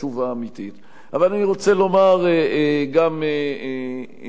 אבל אני רוצה לומר גם לממשלת ישראל,